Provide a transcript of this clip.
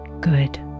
good